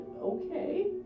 okay